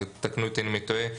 תקנו אותי אם אני טועה,